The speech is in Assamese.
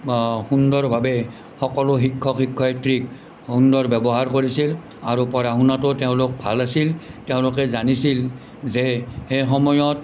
সুন্দৰভাৱে সকলো শিক্ষক শিক্ষয়ত্ৰীক সুন্দৰ ব্যৱহাৰ কৰিছিল আৰু পঢ়া শুনাটো তেওঁলোক ভাল আছিল তেওঁলোকে জানিছিল যে সেই সময়ত